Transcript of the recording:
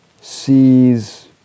sees